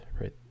right